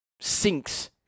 sinks